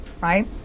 right